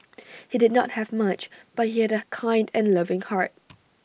he did not have much but he had A kind and loving heart